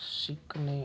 शिकणे